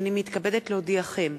הנני מתכבדת להודיעכם,